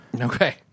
Okay